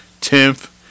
Tenth